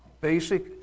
basic